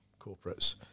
corporates